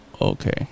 Okay